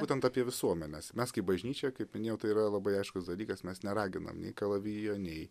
būtent apie visuomenes mes kaip bažnyčia kaip minėjau tai yra labai aiškus dalykas mes neraginam nei kalavijo nei